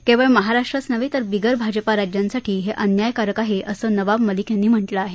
केवळ महाराष्ट्रच नव्हे तर बिगर भाजपा राज्यांसाठी हे अन्यायकारक आहे असं नवाब मलिक यांनी म्हटलं आहे